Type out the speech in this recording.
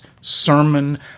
sermon